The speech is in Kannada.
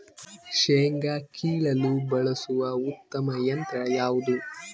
ಶೇಂಗಾ ಕೇಳಲು ಬಳಸುವ ಉತ್ತಮ ಯಂತ್ರ ಯಾವುದು?